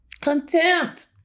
Contempt